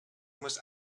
muss